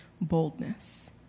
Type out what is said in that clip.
boldness